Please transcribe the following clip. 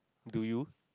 do you